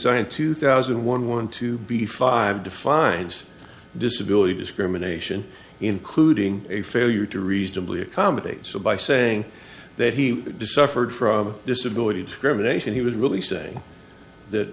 in two thousand and one one to be five defines disability discrimination including a failure to reasonably accommodate so by saying that he discovered from disability discrimination he was really saying that